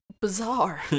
bizarre